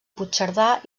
puigcerdà